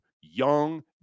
young